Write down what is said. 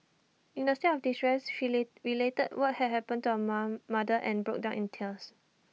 in her state of distress she late related what had happened to her mom mother and broke down in tears